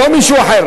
לא מישהו אחר,